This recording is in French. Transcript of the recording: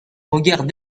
regard